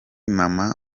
mama